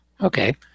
Okay